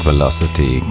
Velocity